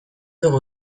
dugu